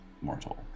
mortal